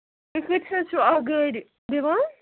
تُہۍ کۭتِس حظ چھِو اَکھ گٲڑۍ دِوان